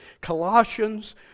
Colossians